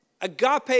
agape